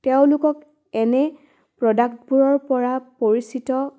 তেওঁলোকক এনে প্ৰডাক্টবোৰৰপৰা পৰিচিত